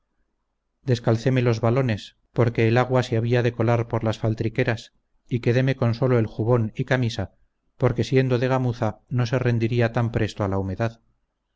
sustentar descalcéme los valones porque el agua se había de colar por las faltriqueras y quedéme con solo el jubón y camisa porque siendo de gamuza no se rendiría tan presto a la humedad